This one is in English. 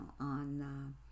on